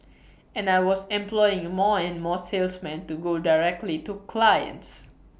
and I was employing more and more salesmen to go directly to clients